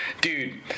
dude